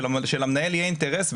שלמנהל יהיה אינטרס,